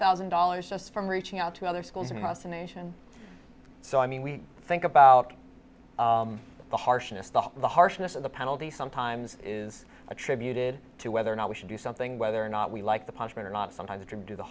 thousand dollars just from reaching out to other schools across the nation so i mean we think about the harshness the harshness of the penalty sometimes is attributed to whether or not we should do something whether or not we like the punishment or not sometimes didn't do the